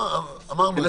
תודה, יואב, אמרנו את זה.